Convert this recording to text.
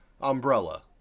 umbrella